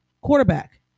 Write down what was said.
quarterback